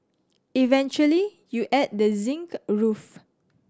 eventually you add the zinc roof